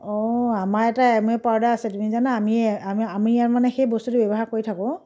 অঁ আমাৰ এটা এমৱে পাউডাৰ আছে তুমি জানা আমি আমি আমি ইয়াৰ মানে সেই বস্তুটো ব্যৱহাৰ কৰি থাকোঁ